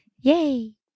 Yay